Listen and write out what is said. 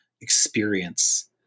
experience